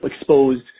exposed